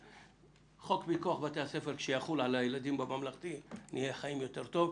כשיחול חוק הפיקוח על בתי הספר על הילדים בממלכתי נחיה יותר טוב,